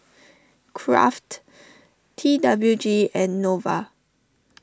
Kraft T W G and Nova